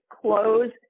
close